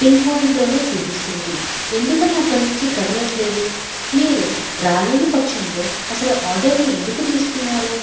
pin పాయింట్లోనే చూపిస్తుంది ఎందుకని అక్కడి నుంచి కదలట్లేదు మీరు రాలేని పక్షంలో అసలు ఆర్డర్ని ఎందుకు తీసుకున్నారు